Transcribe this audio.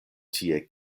tie